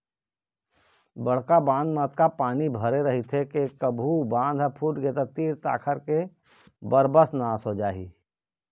बड़का बांध म अतका पानी भरे रहिथे के कभू बांध ह फूटगे त तीर तखार के सरबस नाश हो जाही